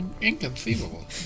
Inconceivable